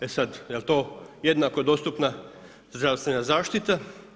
E sad, je li to jednako dostupna zdravstvena zaštita?